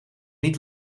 niet